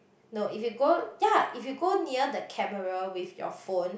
no if you go ya if you go near the camera with your phone